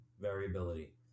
Variability